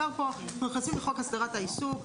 אנחנו נכנסים לחוק הסדרת העיסוק.